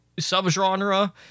subgenre